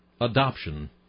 Adoption